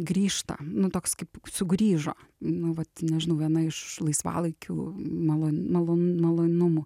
grįžta nu toks kaip sugrįžo nu vat nežinau viena iš laisvalaikių malon malon malonumų